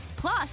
Plus